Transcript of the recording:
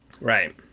Right